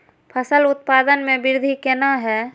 फसल उत्पादन में वृद्धि केना हैं?